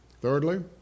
Thirdly